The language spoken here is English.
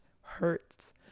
hurts